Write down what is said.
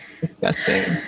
disgusting